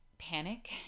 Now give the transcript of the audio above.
panic